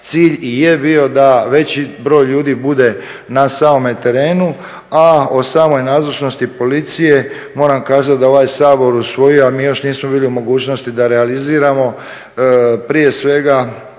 cilj i je bio da veći broj ljudi bude na samome terenu, a o samoj nazočnosti policije, moram kazati da je ovaj Sabor usvojio, a mi još nismo bili u mogućnosti da realiziramo prije svega